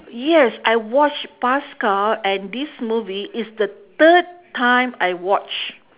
yes I watched paskal and this movie is the third time I watch